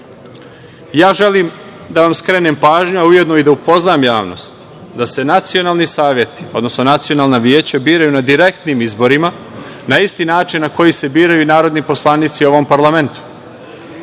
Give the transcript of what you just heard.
zemlje. Želim da vam skrenem pažnju, a ujedno i da upoznam javnost, da se nacionalni saveti, odnosno nacionalna veća biraju na direktnim izborima na isti način na koji se biraju i narodni poslanici u ovom parlamentu. Nacionalna